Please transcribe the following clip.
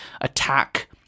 attack